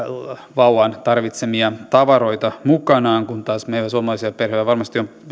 vauvan tarvitsemia tavaroita mukanaan kun taas meillä suomalaisilla perheillä varmasti on